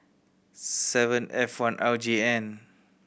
seven F one R J N